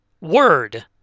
Word